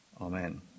Amen